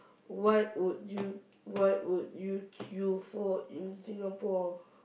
what would you what would you queue for in Singapore